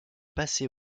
passé